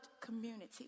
community